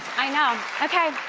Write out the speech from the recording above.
i know, okay.